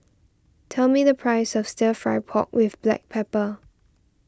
tell me the price of Stir Fry Pork with Black Pepper